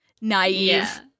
naive